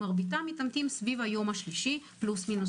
מרביתם מתאמתים סביב היום השלישי פלוס-מינוס